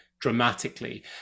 dramatically